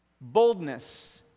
Boldness